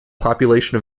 population